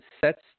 sets